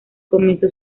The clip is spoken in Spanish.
comenzó